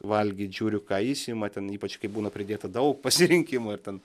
valgyt žiūriu ką jis ima ten ypač kai būna pridėta daug pasirinkimų ar ten